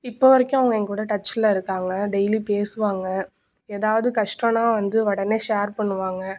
இப்போ வரைக்கும் அவங்க என்கூட டச்சில் இருக்காங்க டெய்லி பேசுவாங்க ஏதாவுது கஷ்டன்னா வந்து உடனே ஷேர் பண்ணுவாங்க